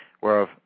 whereof